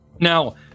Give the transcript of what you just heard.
Now